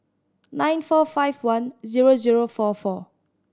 nine four five one zero zero four four